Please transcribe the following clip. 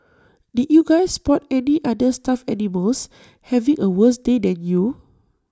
did you guys spot any other stuffed animals having A worse day than you